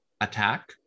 attack